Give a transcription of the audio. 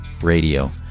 Radio